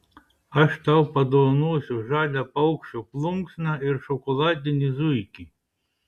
aš tau padovanosiu žalią paukščio plunksną ir šokoladinį zuikį